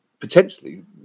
Potentially